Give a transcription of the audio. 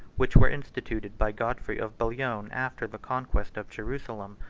which were instituted by godfrey of bouillon after the conquest of jerusalem.